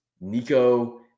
Nico